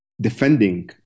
defending